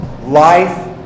Life